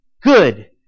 good